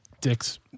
Dicks